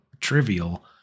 trivial